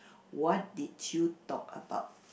what did you talk about